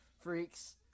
freaks